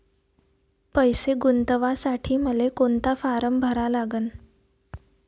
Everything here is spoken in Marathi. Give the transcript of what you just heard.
पैसे गुंतवासाठी मले कोंता फारम भरा लागन?